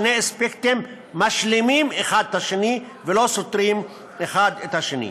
שני אספקטים המשלימים אחד את השני ולא סותרים אחד את השני.